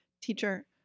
Teacher